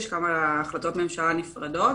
יש כמה החלטות ממשלה נפרדות.